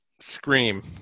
Scream